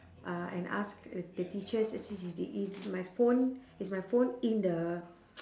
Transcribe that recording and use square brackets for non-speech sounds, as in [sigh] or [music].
uh and ask the the teachers is my phone is my phone in the [noise]